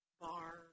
bar